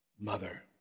mother